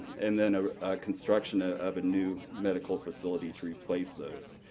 and then ah construction ah of a new medical facility to replace those.